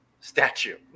statue